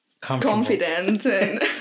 confident